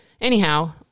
anyhow